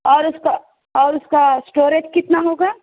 اور اس کا اور اس کا اسٹوریج کتنا ہوگا